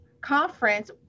conference